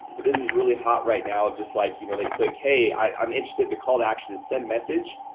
but this is really hot right now of just like you know they click hey i'm interested to call to action is send message,